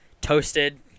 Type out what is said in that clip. toasted